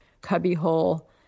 cubbyhole